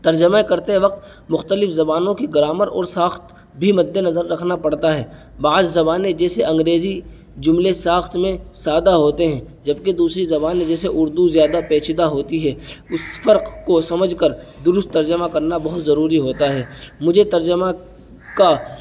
ترجمے کرتے وقت مختلف زبانوں کی گرامر اور ساخت بھی مد نظر رکھنا پڑتا ہے بعض زبانیں جیسے انگریزی جملے ساخت میں سادہ ہوتے ہیں جبکہ دوسری زبان جیسے اردو زیادہ پیچیدہ ہوتی ہے اس فرق کو سمجھ کر درست ترجمہ کرنا بہت ضروری ہوتا ہے مجھے ترجمہ کا